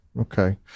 Okay